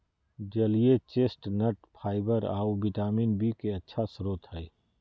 जलीय chestnut fibre आऊ vitamin B के अच्छा स्रोत हइ